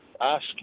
Ask